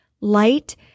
light